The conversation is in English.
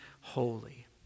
holy